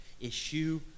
Issue